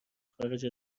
خارج